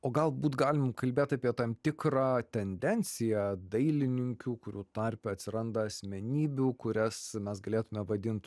o galbūt galim kalbėt apie tam tikrą tendenciją dailininkių kurių tarpe atsiranda asmenybių kurias mes galėtume vadint